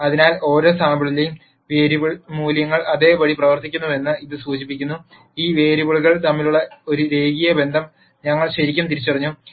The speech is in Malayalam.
അതിനാൽ ഓരോ സാമ്പിളിലെയും വേരിയബിൾ മൂല്യങ്ങൾ അതേപടി പ്രവർത്തിക്കുന്നുവെന്ന് ഇത് സൂചിപ്പിക്കുന്നു ഈ വേരിയബിളുകൾ തമ്മിലുള്ള ഒരു രേഖീയ ബന്ധം ഞങ്ങൾ ശരിക്കും തിരിച്ചറിഞ്ഞു